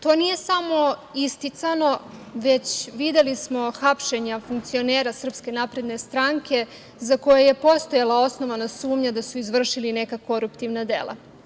To nije samo isticano, već smo videli hapšenja funkcionera SNS za koje je postojala osnovana sumnja da su izvršili neka koruptivna dela.